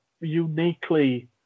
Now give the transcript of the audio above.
uniquely